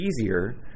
easier